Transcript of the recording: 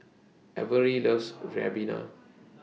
Averi loves Ribena